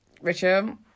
Richard